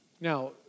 Now